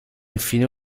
infine